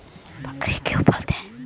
बकरी क्यों पालते है?